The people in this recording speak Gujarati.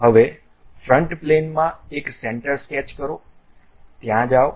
હવે ફ્રન્ટ પ્લેનમાં એક સેન્ટર સ્કેચ કરો ત્યાં જાઓ